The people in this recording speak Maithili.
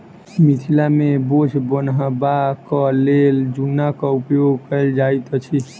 मिथिला मे बोझ बन्हबाक लेल जुन्नाक उपयोग कयल जाइत अछि